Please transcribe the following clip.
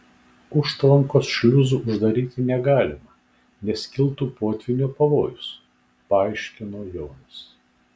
užtvankos šliuzų uždaryti negalima nes kiltų potvynio pavojus paaiškino jonas